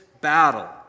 battle